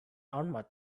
almost